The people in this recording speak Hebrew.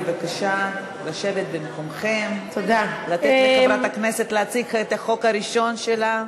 בבקשה לשבת במקומכם ולתת לחברת הכנסת להציג את החוק הראשון שלה.